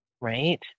right